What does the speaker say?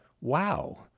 Wow